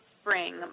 spring